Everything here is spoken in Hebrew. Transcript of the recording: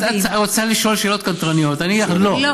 את רוצה לשאול שאלות קנטרניות, ואני אגיד לך לא.